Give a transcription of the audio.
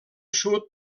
sud